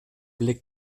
blik